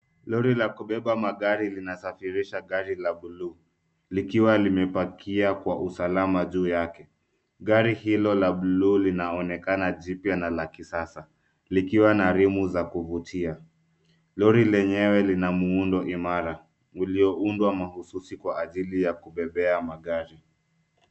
Lori la kubeba magari linasafirisha gari la buluu, likiwa limepakia kwa usalama juu yake. Gari hilo la buluu linaonekana jipya na la kisasa, likiwa na rimu za kuvutia. Lori lenyewe lina muundo imara, ulioundwa mahususi kwa ajili ya kubebea magari.